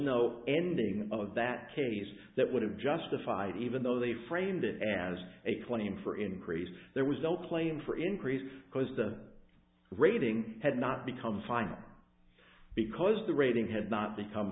of that case that would have justified even though they framed it as a twenty and for increased there was no claim for increase because the rating had not become final because the rating had not become